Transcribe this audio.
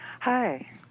Hi